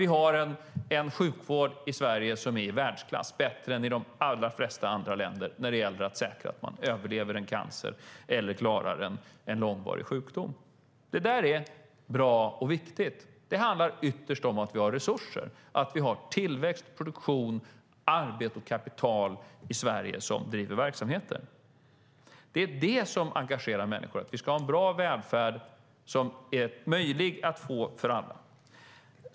Vi ska ha en sjukvård i Sverige som är i världsklass, bättre än i de allra flesta andra länder när det gäller att säkra att man överlever en cancer eller klarar en långvarig sjukdom. Det är bra och viktigt. Det handlar ytterst om att vi har resurser, att vi har tillväxt, produktion, arbete och kapital i Sverige som driver verksamheter. Det är sådant som engagerar människor. Vi ska ha en bra välfärd som är tillgänglig för alla.